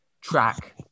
Track